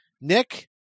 Nick